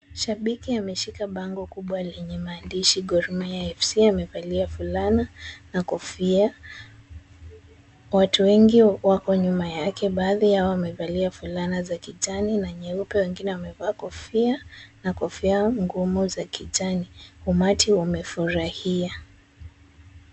Shabiki ameshika bango kubwa lenye maandishi Gor Mahia FC amevalia fulana na kofia. Watu wengi wako nyuma yake baadhi yao wamevalia fulana za kijani na nyeupe wengine wamevaa kofia na kofia ngumu za kijani. Umati umefurahia.